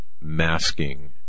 masking